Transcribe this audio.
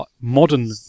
modern